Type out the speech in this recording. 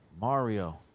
Mario